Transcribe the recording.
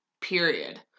Period